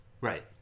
Right